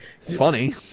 Funny